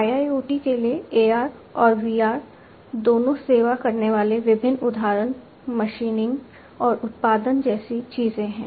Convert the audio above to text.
IIoT के लिए AR और VR द्वारा सेवा करने वाले विभिन्न उदाहरण मशीनिंग और उत्पादन जैसी चीजें हैं